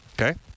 Okay